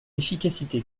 l’efficacité